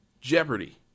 Jeopardy